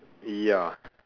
ya